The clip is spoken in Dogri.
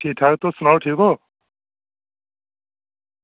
ठीक ठाक तुस सनाओ ठीक ओ